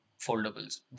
foldables